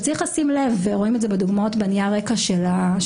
צריך לשים לב רואים את זה בדוגמאות בנייר הרקע שהייעוץ